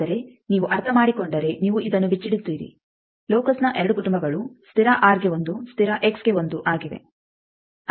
ಆದರೆ ನೀವು ಅರ್ಥಮಾಡಿಕೊಂಡರೆ ನೀವು ಇದನ್ನು ಬಿಚ್ಚಿಡುತ್ತೀರಿ ಲೋಕಸ್ನ ಎರಡು ಕುಟುಂಬಗಳು ಸ್ಥಿರ ಆರ್ಗೆ ಒಂದು ಸ್ಥಿರ ಎಕ್ಸ್ಗೆ ಒಂದು ಆಗಿವೆ